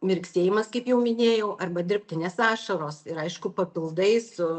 mirksėjimas kaip jau minėjau arba dirbtinės ašaros ir aišku papildai su